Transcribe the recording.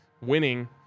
winning